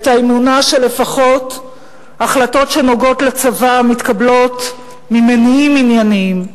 את האמונה שלפחות החלטות שנוגעות לצבא מתקבלות ממניעים ענייניים.